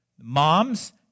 Moms